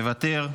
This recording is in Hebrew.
מוותר,